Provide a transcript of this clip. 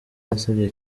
yasabye